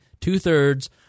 Two-thirds